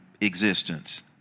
existence